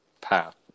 path